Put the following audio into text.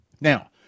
Now